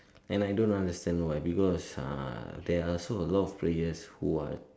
and I don't understand why because uh there are also a lot of players who are